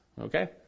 Okay